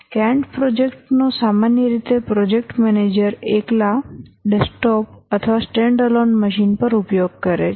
Gantt project નો સામાન્ય રીતે પ્રોજેક્ટ મેનેજર એકલા ડેસ્કટોપ સ્ટેન્ડઅલોન મશીન પર ઉપયોગ કરે છે